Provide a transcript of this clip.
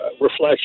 reflection